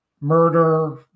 murder